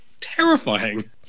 terrifying